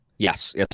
Yes